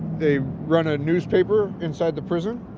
they run a newspaper inside the prison,